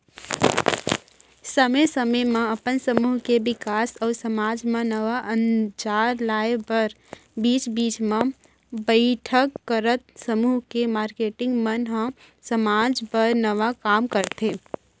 समे समे म अपन समूह के बिकास अउ समाज म नवा अंजार लाए बर बीच बीच म बइठक करत समूह के मारकेटिंग मन ह समाज बर नवा काम करथे